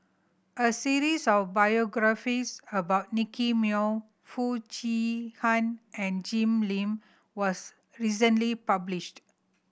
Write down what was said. a series of biographies about Nicky Moey Foo Chee Han and Jim Lim was recently published